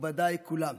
מכובדיי כולם,